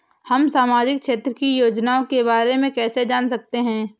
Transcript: हम सामाजिक क्षेत्र की योजनाओं के बारे में कैसे जान सकते हैं?